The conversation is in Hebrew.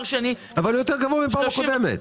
אבל הוא יותר גבוה מהפעם הקודמת.